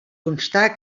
constar